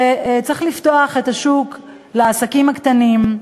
שצריך לפתוח את השוק לעסקים הקטנים,